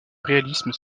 réalisme